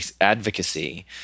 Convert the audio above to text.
advocacy